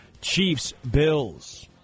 Chiefs-Bills